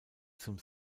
zum